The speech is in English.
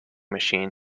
machine